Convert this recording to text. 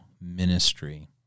ministry